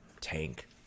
tank